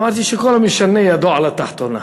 אמרתי שכל המשנה ידו על התחתונה.